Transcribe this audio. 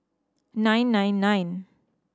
nine nine nine